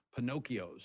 pinocchios